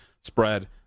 spread